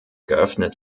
geöffnet